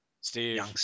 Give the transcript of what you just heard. Steve